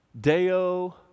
Deo